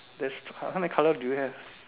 there's how how many colors do you have